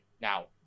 now